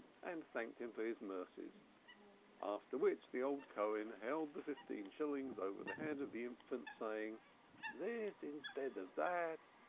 and thanked him for his mercies after which the old cohen held the fifteen shillings over the head of the infant, saying this instead of that,